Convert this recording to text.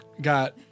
got